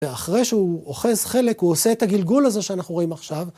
ואחרי שהוא אוכז חלק, הוא עושה את הגלגול הזה שאנחנו רואים עכשיו.